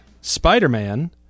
Spider-Man